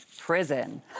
prison